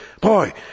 Boy